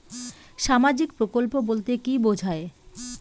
সামাজিক প্রকল্প বলতে কি বোঝায়?